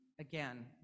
again